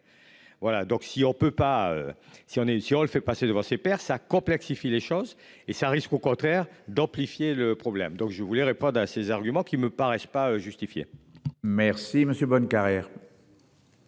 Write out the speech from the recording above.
si on est si on le fait passer devant ses pairs, ça complexifie les choses et ça risque au contraire d'amplifier le problème donc je voulais répondent à ces arguments qui me paraissent pas justifiés. Merci monsieur Bonnecarrere.